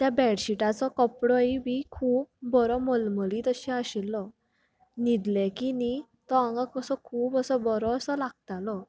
त्या बेडशिटाचो कपडोय बी खूब बरो मलमलीत अशे आशिल्लो न्हिदलें की न्ही तो आंगाक असो खूब असो बरो सो लागतालो